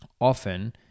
often